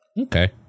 okay